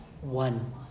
One